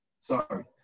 Sorry